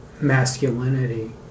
masculinity